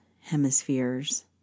hemispheres